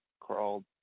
crawled